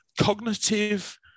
cognitive